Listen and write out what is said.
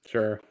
Sure